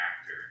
actor